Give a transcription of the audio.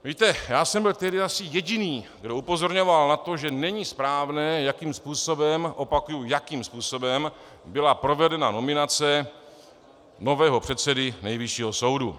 Víte, já jsem byl tehdy asi jediný, kdo upozorňoval na to, že není správné, jakým způsobem opakuji jakým způsobem byla provedena nominace nového předsedy Nejvyššího soudu.